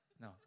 No